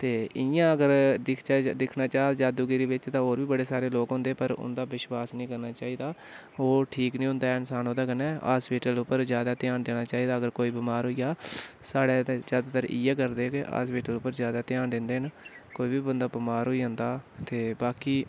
ते इयां अगर दिक्खचै जां दिक्खनै चाह् जादूगिरी बिच्च ते होर बी बड़े सारे लोक होंदे पर उंदा विश्वास नेईं करना चाहि्दा ओह् ठीक नी होंदा ऐ इन्सान ओह्दे कन्नै हॉस्पिटल उप्पर ज्यादा ध्यान देना चाहि्दा अगर कोई बमार होई जा साढ़ै इत्थै ज्यादातर इ'यै करदे कि हॉस्पिटल उप्पर ज्यादा ध्यान दिंदे न कोई बी बंदा बमार होई जंदा ते बाकी